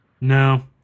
No